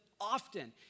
often